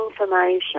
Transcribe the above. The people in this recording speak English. information